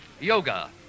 Yoga